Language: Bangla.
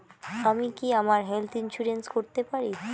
আমি কি আমার হেলথ ইন্সুরেন্স করতে পারি?